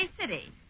City